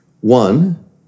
One